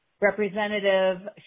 Representative